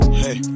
hey